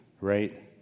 right